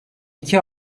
iki